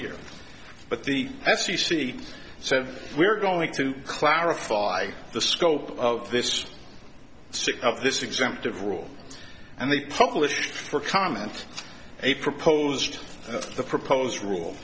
here but the as you see so we're going to clarify the scope of this sick of this exempt of rule and they published for comment a proposed the proposed rule